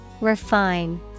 Refine